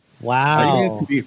Wow